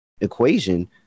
equation